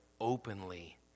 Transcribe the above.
openly